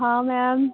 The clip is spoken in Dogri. हां मैम